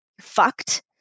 fucked